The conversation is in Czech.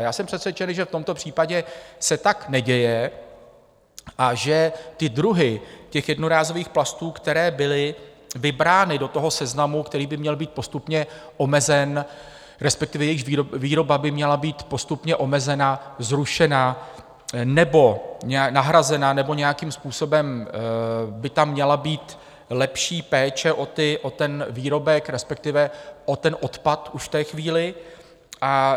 Já jsem přesvědčen, že v tomto případě se tak neděje a že druhy jednorázových plastů, které byly vybrány do toho seznamu, který by měl být postupně omezen, respektive jejichž výroba by měla být postupně omezena, zrušena nebo nahrazena nebo nějakým způsobem by tam měla být lepší péče o ten výrobek, respektive o ten odpad už v té chvíli,